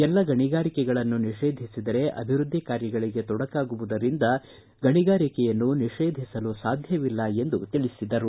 ಎಲ್ಲ ಗಣಿಗಾರಿಕೆಗಳನ್ನು ನಿಷೇಧಿಸಿದರೆ ಅಭಿವೃದ್ದಿ ಕಾರ್ಯಗಳಿಗೆ ತೊಡಕಾಗುವುದರಿಂದ ಎಲ್ಲ ರೀತಿ ಗಣಿಗಾರಿಕೆಯನ್ನು ನಿಷೇಧಿಸಲು ಸಾಧ್ಯವಿಲ್ಲ ಎಂದು ತಿಳಿಸಿದರು